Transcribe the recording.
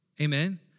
Amen